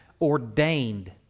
ordained